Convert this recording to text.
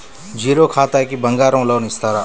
Zero ఖాతాకి బంగారం loan ఇస్తారా?